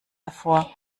hervor